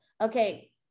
Okay